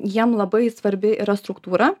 jiem labai svarbi yra struktūra